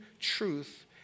truth